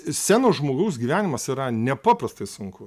scenos žmogaus gyvenimas yra nepaprastai sunku